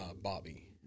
Bobby